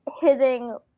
hitting